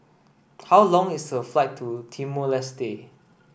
how long is the flight to Timor Leste